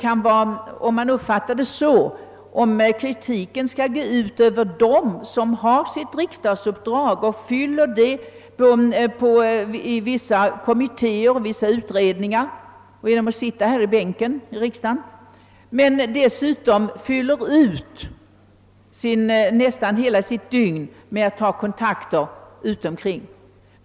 Skall kritiken gå ut över dem, som har sitt riksdagsuppdrag och fullgör det i kommittéer och styrelser och genom att sitta i sin bänk i riksdagen, och fyller ut nästan hela sitt dygn med kontakter utöver detta?